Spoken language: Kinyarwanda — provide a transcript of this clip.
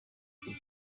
igihe